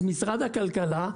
את משרד הכלכלה,